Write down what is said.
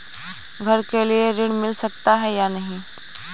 घर के लिए ऋण मिल सकता है या नहीं?